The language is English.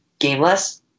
gameless